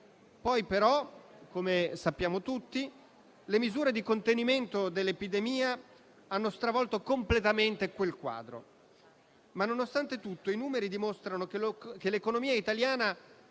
Poi, però, come tutti sappiamo, le misure di contenimento dell'epidemia hanno stravolto completamente quel quadro, ma, nonostante tutto, i numeri dimostrano che l'economia italiana